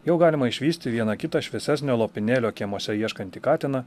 jau galima išvysti vieną kitą šviesesnio lopinėlio kiemuose ieškantį katiną